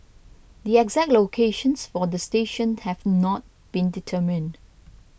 the exact locations for the station have not been determined